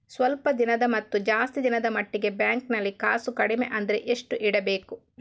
ಸ್ವಲ್ಪ ದಿನದ ಮತ್ತು ಜಾಸ್ತಿ ದಿನದ ಮಟ್ಟಿಗೆ ಬ್ಯಾಂಕ್ ನಲ್ಲಿ ಕಾಸು ಕಡಿಮೆ ಅಂದ್ರೆ ಎಷ್ಟು ಇಡಬೇಕು?